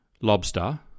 lobster